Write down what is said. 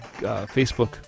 Facebook